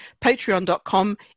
Patreon.com